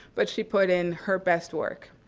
but she put in her best work,